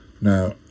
now